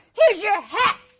here's your hat!